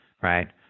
Right